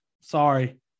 sorry